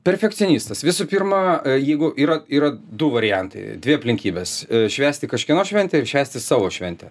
perfekcionistas visų pirma jeigu yra yra du variantai dvi aplinkybės švęsti kažkieno šventę ir švęsti savo šventę